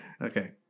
Okay